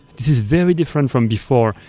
this is very different from before.